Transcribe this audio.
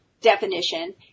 definition